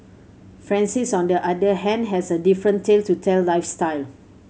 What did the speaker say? Francis on the other hand has a different tale to tell lifestyle